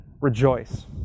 rejoice